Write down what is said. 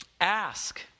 ask